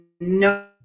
no